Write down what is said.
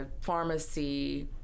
pharmacy